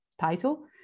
title